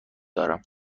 دارم